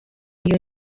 iyo